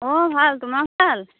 অঁ ভাল তোমাৰ ভাল